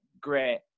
great